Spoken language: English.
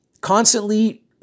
constantly